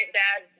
dad